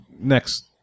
next